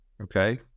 Okay